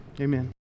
Amen